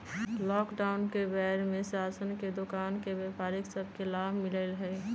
lockdown के बेर में राशन के दोकान के व्यापारि सभ के लाभ मिललइ ह